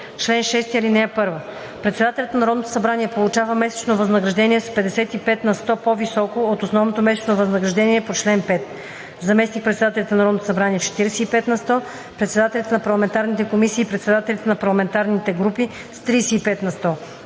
Чл. 6. (1) Председателят на Народното събрание получава месечно възнаграждение с 55 на сто по-високо от основното месечно възнаграждение по чл. 5, заместник-председателите на Народното събрание – с 45 на сто, председателите на парламентарните комисии и председателите на парламентарните групи – с 35 на сто,